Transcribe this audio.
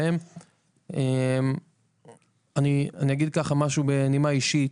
אני אומר משהו בנימה אישית.